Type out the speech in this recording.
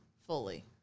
fully